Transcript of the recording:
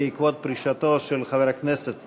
בעקבות פרישתו של חבר הכנסת לשעבר,